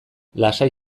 lasai